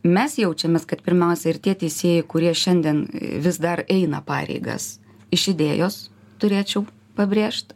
mes jaučiamės kad pirmiausia ir tie teisėjai kurie šiandien vis dar eina pareigas iš idėjos turėčiau pabrėžt